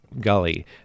Gully